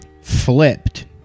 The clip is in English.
flipped